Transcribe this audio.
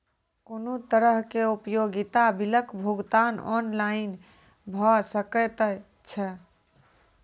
कुनू तरहक उपयोगिता बिलक भुगतान ऑनलाइन भऽ सकैत छै?